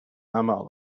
aml